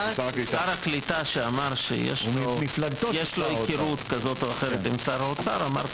שר הקליטה שיש לו היכרות כזאת או אחרת עם שר האוצר אמר: